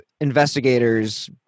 investigators